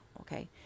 Okay